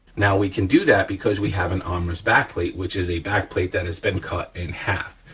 now, we can do that because we have an armorer's backplate which is a backplate that has been cut in half.